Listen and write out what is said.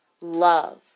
love